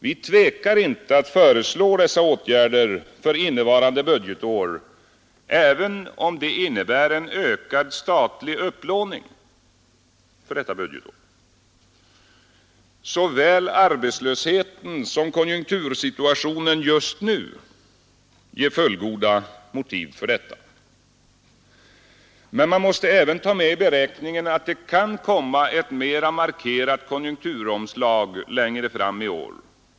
Vi tvekar inte att föreslå dessa åtgärder för innevarande budgetår även om det innebär en ökad statlig upplåning för detta budgetår. Såväl arbetslösheten som konjunktursituationen just nu ger fullgoda motiv för detta. Men man måste även ta med i beräkningen att det kan komma ett mer markerat konjunkturomslag längre fram i år.